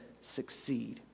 succeed